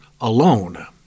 alone